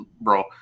bro